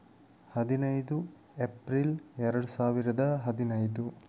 ಹದಿನೈದು ಎಪ್ರಿಲ್ ಎರಡು ಸಾವಿರದ ಹದಿನೈದು